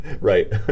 Right